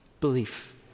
belief